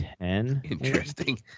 Interesting